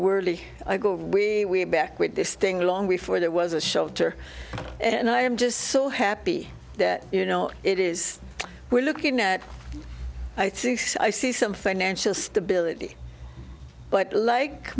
wortley we back with this thing long before there was a shelter and i am just so happy that you know it is we're looking at i think i see some financial stability but like